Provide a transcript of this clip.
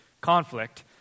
conflict